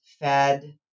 fed